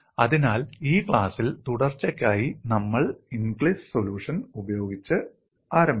അതിനാൽ ഈ ക്ലാസ്സിൽ തുടർച്ചയ്ക്കായി നമ്മൾ ഇൻഗ്ലിസ് സൊല്യൂഷൻ ഉപയോഗിച്ച് ആരംഭിച്ചു